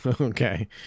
Okay